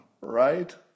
right